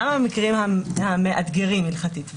גם המקרים המאתגרים הלכתית,